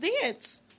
dance